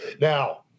Now